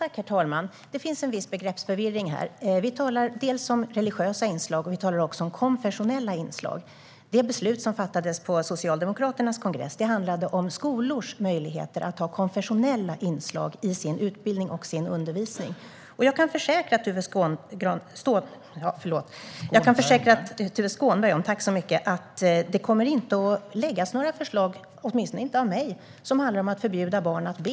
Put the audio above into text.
Herr talman! Det finns en viss begreppsförvirring här. Vi talar om religiösa inslag och om konfessionella inslag. Det beslut som fattades på Socialdemokraternas kongress handlade om skolors möjligheter att ha konfessionella inslag i sin utbildning och sin undervisning. Jag kan försäkra Tuve Skånberg om att det inte kommer att läggas fram några förslag, åtminstone inte av mig, som handlar om att förbjuda barn att be.